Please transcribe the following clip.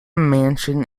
mansion